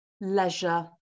leisure